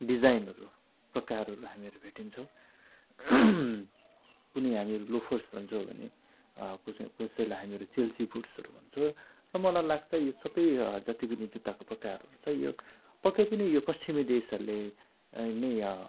डिजाइनहरू प्रकारहरू हामीहरू भेटिन्छौँ कुनै हामीहरू लोफर्स भन्छौँ भने कसै कसैलाई हामीहरू चेल्सी बुट्सहरू भन्छौँ र मलाई लाग्छ यो सबै जति पनि जुत्ताको प्रकार हुन्छ यो पक्कै पनि यो पश्चिमी देशहरूले नै